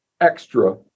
extra